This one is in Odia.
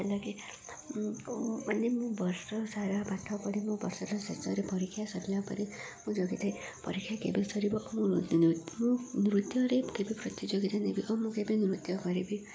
ଲାଗେ ମାନେ ମୁଁ ବର୍ଷ ସାରା ପାଠ ପଢ଼ି ମୋ ବର୍ଷର ଶେଷରେ ପରୀକ୍ଷା ସରିଲା ପରେ ମୁଁ ଜଗିଥାଏ ପରୀକ୍ଷା କେବେ ସରିବ ଓ ମୁଁ ମୁଁ ନୃତ୍ୟରେ କେବେ ପ୍ରତିଯୋଗିତା ନେବି ଓ ମୁଁ କେବେ ନୃତ୍ୟ କରିବି